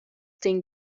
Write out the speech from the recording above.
den